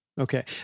Okay